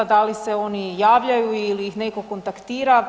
Da li se oni javljaju ili ih netko kontaktira?